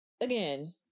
Again